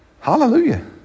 Hallelujah